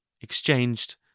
exchanged